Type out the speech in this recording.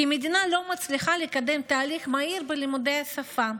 כי המדינה לא מצליחה לקדם תהליך מהיר בלימודי השפה,